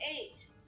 Eight